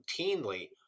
routinely